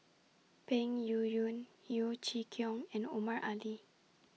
Peng Yuyun Yeo Chee Kiong and Omar Ali